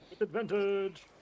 Advantage